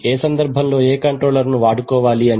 ఏ సందర్భంలో ఏ కంట్రోలర్ వాడుకోవాలి అని